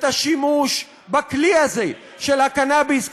את השימוש בכלי הזה של הקנאביס,